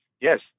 Yes